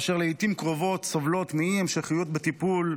אשר לעיתים קרובות סובלות מאי-המשכיות בטיפול,